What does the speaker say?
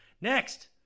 Next